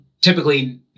typically